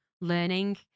learning